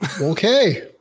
Okay